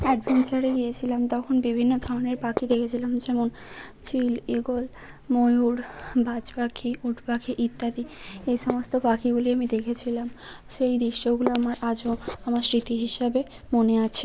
অ্যাডভেঞ্চারে গিয়েছিলাম তখন বিভিন্ন ধরনের পাখি দেখেছিলাম যেমন চিল ঈগল ময়ূর বাজ পাখি উট পাখি ইত্যাদি এ সমস্ত পাখিগুলি আমি দেখেছিলাম সেই দৃশ্যগুলো আমার আজও আমার স্মৃতি হিসাবে মনে আছে